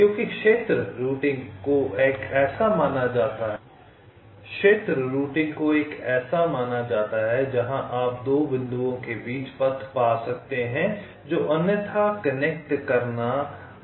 क्योंकि क्षेत्र रूटिंग को एक ऐसा माना जाता है जहां आप 2 बिंदुओं के बीच पथ पा सकते हैं जो अन्यथा कनेक्ट करना इतना आसान नहीं है